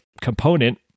component